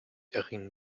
erringen